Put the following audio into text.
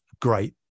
great